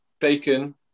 bacon